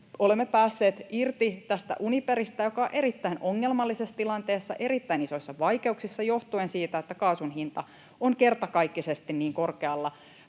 olemme päässeet irti tästä Uniperistä, joka on erittäin ongelmallisessa tilanteessa, erittäin isoissa vaikeuksissa joh-tuen siitä, että kaasun hinta on kertakaikkisesti niin korkealla